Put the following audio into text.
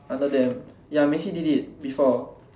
under them ya Macy did it before